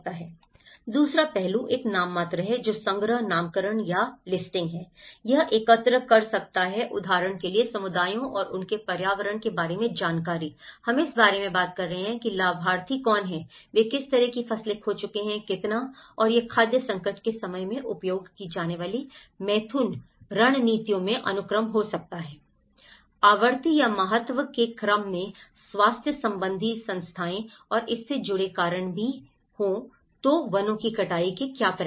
दूसरा पहलू एक नाममात्र है जो संग्रह नामकरण या लिस्टिंग है यह एकत्र कर सकता है उदाहरण के लिए समुदायों और उनके पर्यावरण के बारे में जानकारी हम इस बारे में बात कर रहे हैं कि लाभार्थी कौन हैं वे किस तरह की फसलें खो चुके हैं कितना और यह खाद्य संकट के समय में उपयोग की जाने वाली मैथुन रणनीतियों में अनुक्रम को देख सकता है आवृत्ति या महत्व के क्रम में स्वास्थ्य संबंधी समस्याएं और इससे जुड़े कारण भी हैं तो वनों की कटाई के ऐसे परिणाम